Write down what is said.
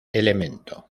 elemento